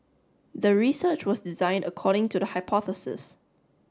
the research was designed according to the hypothesis